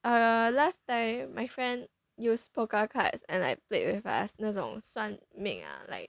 err last time my friend use poker cards and I played with us 那种算命 ah like